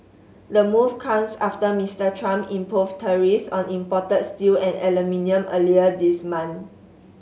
the move comes after Mister Trump imposed tariffs on imported steel and aluminium earlier this month